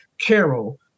Carol